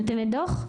נותנת דוח?